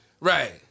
Right